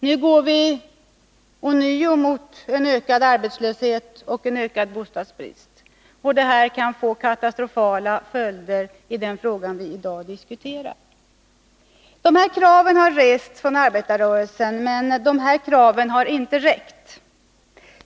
Nu går vi ånyo mot en ökad arbetslöshet och en ökad bostadsbrist, och det kan få katastrofala följder för den fråga som vi i dag diskuterar. Kraven har rests av arbetarrörelsen, men de har inte räckt.